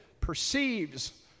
perceives